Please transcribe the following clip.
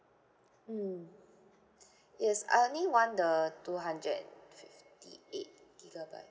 mm yes I only want the two hundred fifty eight gigabyte